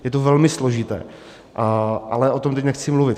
Je to velmi složité, ale o tom teď nechci mluvit.